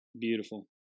beautiful